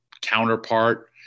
counterpart